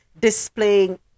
displaying